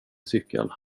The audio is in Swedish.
cykel